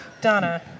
Donna